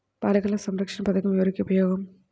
బాలిక సంరక్షణ పథకం ఎవరికి ఉపయోగము?